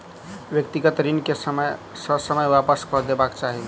व्यक्तिगत ऋण के ससमय वापस कअ देबाक चाही